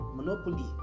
Monopoly